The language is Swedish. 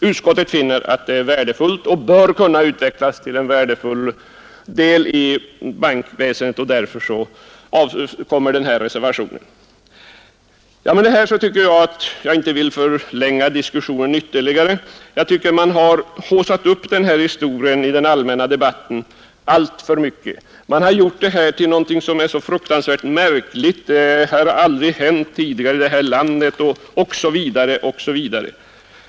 Utskottet finner att förslaget är bra och bör kunna utvecklas till en värdefull del av bankväsendet och tillstyrker därför. Jag vill inte förlänga diskussionen ytterligare. Jag tycker dock att man i den allmänna debatten har haussat upp denna sak alltför mycket. Man har gjort detta till något fruktansvärt märkligt. Det framhålls att något liknande aldrig har hänt tidigare i detta land, osv.